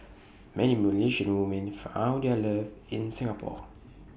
many Malaysian women found their love in Singapore